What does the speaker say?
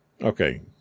Okay